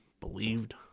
believed